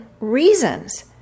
reasons